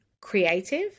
creative